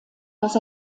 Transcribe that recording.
dass